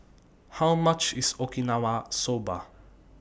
How much IS Okinawa Soba